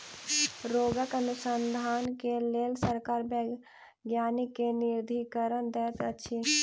रोगक अनुसन्धान के लेल सरकार वैज्ञानिक के निधिकरण दैत अछि